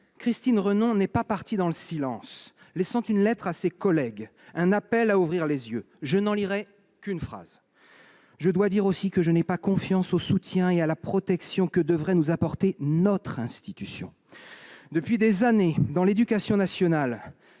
Christine Renon n'est pas partie dans le silence : elle a laissé une lettre à ses collègues, un appel à ouvrir les yeux. Je n'en lirai qu'une phrase :« Je dois dire aussi que je n'ai pas confiance au soutien et à la protection que devrait nous apporter notre institution. » Depuis des années, dans l'éducation nationale,